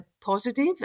positive